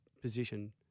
position